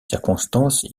circonstances